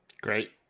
Great